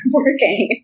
working